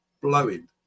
blowing